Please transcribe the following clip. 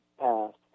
passed